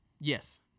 yes